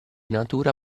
natura